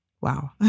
Wow